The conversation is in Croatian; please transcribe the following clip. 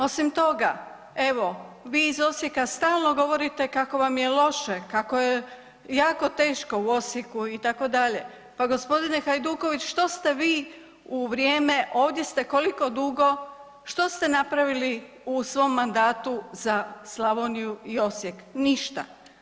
Osim toga evo vi iz Osijeka stalno govorite kako vam je loše, kako je jako teško u Osijeku itd., pa gospodine Hajduković što ste vi u vrijeme, ovdje ste koliko dugo, što ste napravili u svom mandatu za Slavoniju i Osijek, ništa.